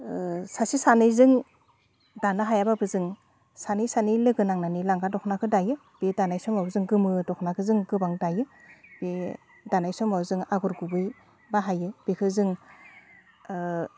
सासे सानैजों दानो हायाबाबो जों सानै सानै लोगो नांनानै लांगा दखनाखौ दायो बे दानाय समाव जों गोमो दखनाखौ जों गोबां दायो बे दानाय समाव जोङो आगर गुबै बाहायो बेखौ जों